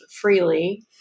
freely